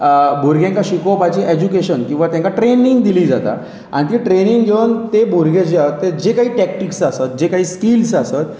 भुरग्यांक शिकोवपाची एज्युकेशन किंवां तेंकां ट्रेनींग दिली जाता आनी ती ट्रेनींग घेवन ते भुरगे जे आहात ते जे काय टॅक्टिक्स आस जे स्किल्स आसत